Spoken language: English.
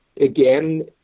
again